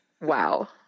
Wow